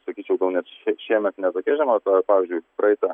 sakyčiau gal net še šiemet ne tokia žema laikydama tą pavyzdžiui praeita